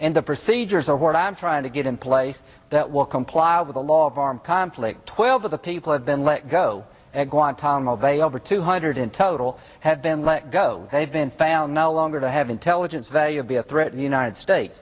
and the procedures of what i'm trying to get in place that will comply with the law of armed conflict twelve of the people have been let go at guantanamo bay over two hundred in total have been let go they've been found no longer to have intelligence value of be a threat the united states